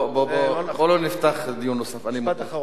זה לא נכון.